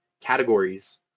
categories